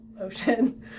ocean